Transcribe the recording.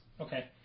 Okay